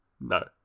No